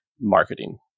marketing